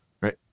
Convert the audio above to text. Right